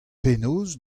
penaos